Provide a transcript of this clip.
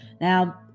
Now